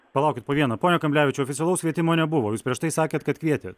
palaukit po vieną pone kamblevičiui oficialaus kvietimo nebuvo jūs prieš tai sakėt kad kvietėt